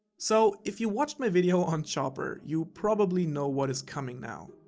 so, if you watched my video on chopper, you probably know what is coming now.